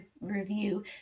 review